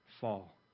fall